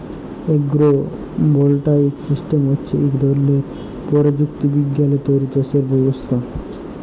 agro voltaic system হছে ইক ধরলের পরযুক্তি বিজ্ঞালে তৈরি চাষের ব্যবস্থা